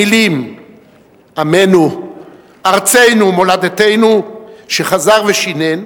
המלים "עמנו, ארצנו, מולדתנו", שחזר ושינן,